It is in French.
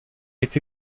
été